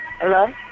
Hello